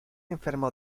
enfermó